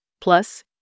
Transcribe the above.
plus